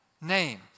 name